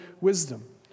wisdom